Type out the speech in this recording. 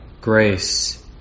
grace